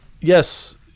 yes